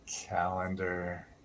Calendar